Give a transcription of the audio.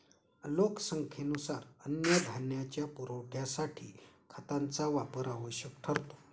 लोकसंख्येनुसार अन्नधान्याच्या पुरवठ्यासाठी खतांचा वापर आवश्यक ठरतो